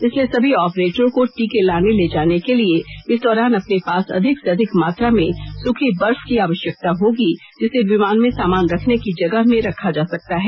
इसलिए सभी आपरेटरों को टीके लाने ले जाने के लिए इस दौरान अपने पास अधिक से अधिक मात्रा में सूखी बर्फ की आवश्यकता होगी जिसे विमान में सामान रखने की जगह में रखा जा सकता है